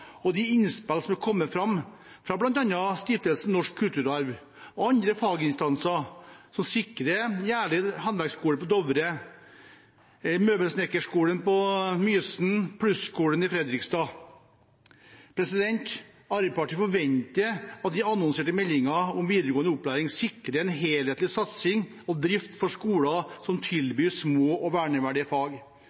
og de innspill som er kommet fra bl.a. Stiftelsen Norsk Kulturarv og andre faginstanser om å sikre Hjerleid Handverksskole på Dovre, Møbelsnekkerskolen i Mysen og Plus-skolen i Fredrikstad. Arbeiderpartiet forventer at den annonserte meldingen om videregående opplæring sikrer en helthetlig satsing på og drift av skoler som tilbyr små og verneverdige fag.